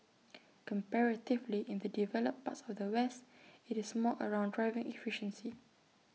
comparatively in the developed parts of the west IT is more around driving efficiency